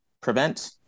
prevent